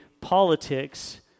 politics